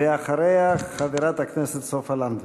ואחריה, חברת הכנסת סופה לנדבר.